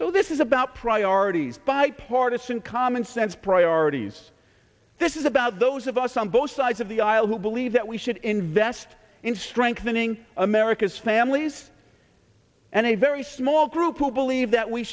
so this is about priorities bipartisan common sense priorities this is about those of us on both sides of the aisle who believe that we should invest in strengthening america's families and a very small group who believe that we